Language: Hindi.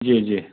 जी जी